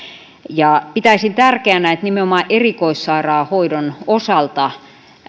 ja pitäisin tärkeänä että nimenomaan erikoissairaanhoidon osalta